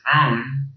own